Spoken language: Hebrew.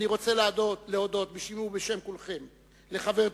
אני רוצה להודות בשמי ובשם כולכם לחברתי,